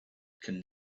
can